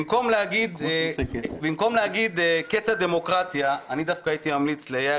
במקום להגיד "קץ הדמוקרטיה" אני דווקא הייתי ממליץ ליאיר